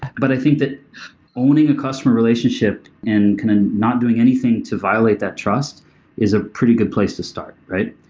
but i think that owning a customer relationship and kind of not doing anything to violate that trust is a pretty good place to start, right?